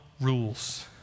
rules